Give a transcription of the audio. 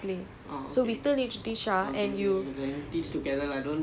if you don't want to have lunch take uh பன்னண்டு மணி வா:pannandu mani vaa lah then